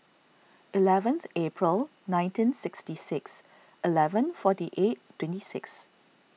eleventh April nineteen sixty six eleven forty eight twenty six